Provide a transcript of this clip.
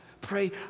Pray